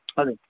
हजुर